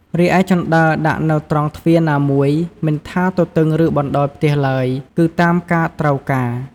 រីឯជណ្តើរដាក់នៅត្រង់ទ្វារណាមួយ មិនថាទទឹងឬបណ្តោយផ្ទះឡើយ គឺតាមការត្រូវការ ។